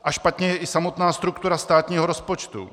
A špatně je i samotná struktura státního rozpočtu.